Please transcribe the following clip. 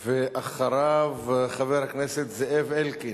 ואחריו, חבר הכנסת זאב אלקין.